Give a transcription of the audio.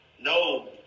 no